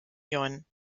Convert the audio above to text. jon